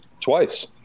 Twice